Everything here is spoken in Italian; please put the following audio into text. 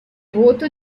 voto